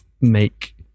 make